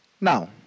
Now